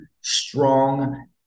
strong